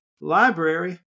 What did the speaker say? library